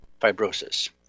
fibrosis